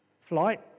flight